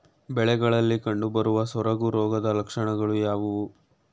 ಬೆಳೆಗಳಲ್ಲಿ ಕಂಡುಬರುವ ಸೊರಗು ರೋಗದ ಲಕ್ಷಣಗಳು ಯಾವುವು?